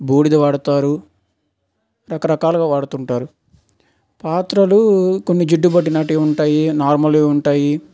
బూడిద వాడతారు రకరకాలుగా వాడుతుంటారు పాత్రలు కొన్ని జిడ్డు పట్టినవి ఉంటాయి నార్మల్వి ఉంటాయి